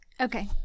Okay